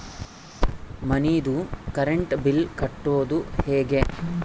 ಮನಿದು current bill ಕಟ್ಟೊದು ಹೇಗೆ?